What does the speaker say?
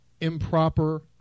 improper